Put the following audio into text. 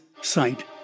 sight